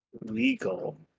legal